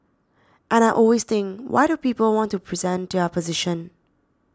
and I always think why do people want to present their position